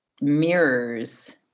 mirrors